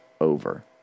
over